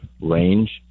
range